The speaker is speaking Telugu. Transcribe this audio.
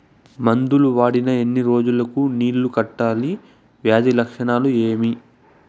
మందులు వాడిన ఎన్ని రోజులు కు నీళ్ళు కట్టాలి, వ్యాధి లక్షణాలు ఏమి?